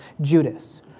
Judas